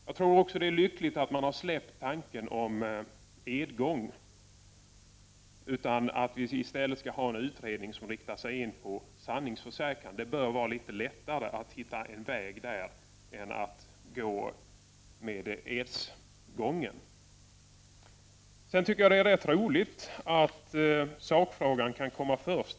Jag tror också att det är lyckligt att man har släppt tanken om edgång utan att vi i stället skall ha en utredning som riktar sig in på sanningsförsäkran. Det bör vara litet lättare att hitta en väg där än att gå med edsgången. Sedan tycker jag att det är rätt roligt att sakfrågan kan komma först.